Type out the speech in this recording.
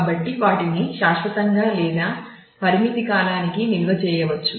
కాబట్టి వాటిని శాశ్వతంగా లేదా పరిమిత కాలానికి నిల్వ చేయవచ్చు